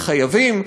וחייבים,